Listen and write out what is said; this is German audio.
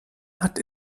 hat